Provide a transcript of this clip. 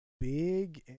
big